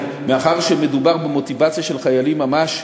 מאחר שמדובר במוטיבציה של חיילים ממש,